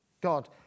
God